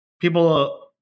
people